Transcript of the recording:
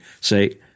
say